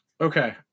Okay